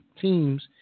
teams